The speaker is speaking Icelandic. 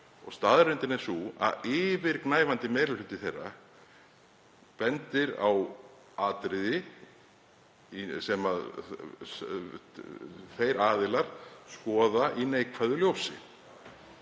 staðreyndin er sú að yfirgnæfandi meiri hluti þeirra bendir á atriði sem þeir aðilar skoða í neikvæðu ljósi.